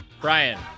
Brian